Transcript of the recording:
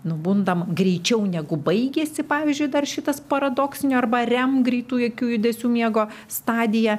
nubundam greičiau negu baigėsi pavyzdžiui dar šitas paradoksinio arba rem greitų akių judesių miego stadija